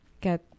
get